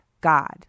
God